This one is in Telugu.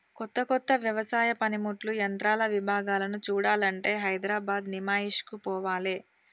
కొత్త కొత్త వ్యవసాయ పనిముట్లు యంత్రాల విభాగాలను చూడాలంటే హైదరాబాద్ నిమాయిష్ కు పోవాలే